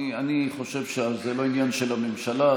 אני חושב שזה לא עניין של הממשלה,